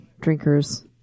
Drinkers